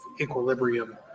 equilibrium